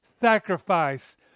sacrifice